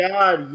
God